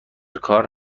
کار